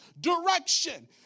direction